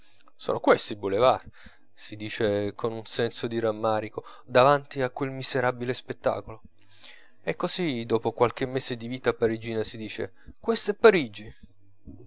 carnovale son questi i boulevards si dice con un senso di rammarico davanti a quel miserabile spettacolo e così dopo qualche mese di vita parigina si dice questa è parigi